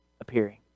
appearing